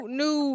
new